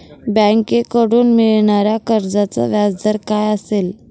बँकेकडून मिळणाऱ्या कर्जाचा व्याजदर काय असेल?